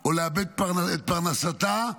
או לאבד את פרנסתה.